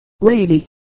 Lady